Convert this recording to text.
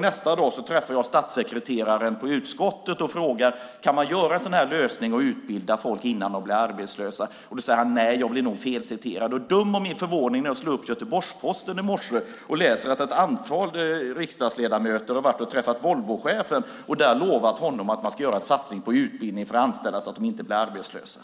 Nästa dag träffar jag statssekreteraren i utskottet och frågar: Kan man göra en sådan här lösning och utbilda folk innan de blir arbetslösa? Då säger han: Nej, jag blev nog felciterad. Döm om min förvåning när jag slog upp Göteborgs-Posten i morse och läste att ett antal riksdagsledamöter har varit och träffat Volvochefen och lovat honom att man ska göra en satsning på utbildning för anställda, så att de inte blir arbetslösa.